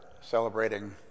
celebrating